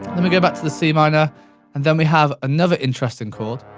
then we go back to the c minor and then we have another interesting chord,